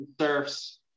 surfs